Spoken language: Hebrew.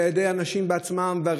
של האנשים בעצמם ושל